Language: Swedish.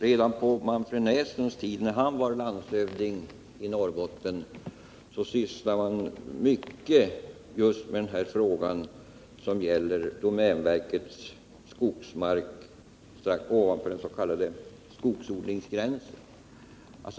Redan på Manfred Näslunds tid som landshövding i Norrbotten ägnade man mycken tid åt frågan om domänverkets skogsmark strax ovanför den s.k. skogsodlingsgränsen.